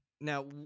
Now